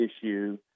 issue